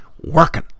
working